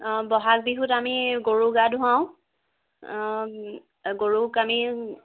আ ব'হাগ বিহুত আমি গৰুক গা ধুৱাওঁ গৰুক আমি